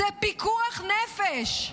זה פיקוח נפש.